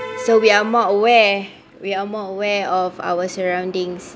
so we are more aware we are more aware of our surroundings